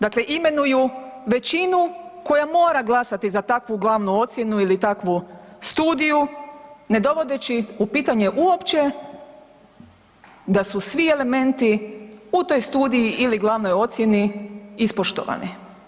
Dakle, imenuju većinu koja mora glasati za takvu glavnu ocjenu ili takvu studiju ne dovodeći u pitanje uopće da su svi elementi u toj studiji ili glavnoj ocijeni ispoštovani.